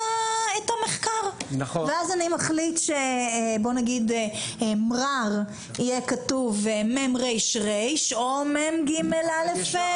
המחקר ואז אני מחליט שמרר יהיה כתוב מרר או מגאר.